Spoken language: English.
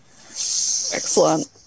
Excellent